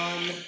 One